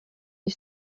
les